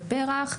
פרח,